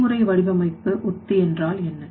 செய்முறை வடிவமைப்பு உத்தி என்றால் என்ன